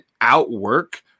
outwork